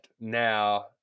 now